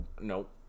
Nope